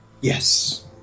Yes